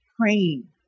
praying